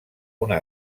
una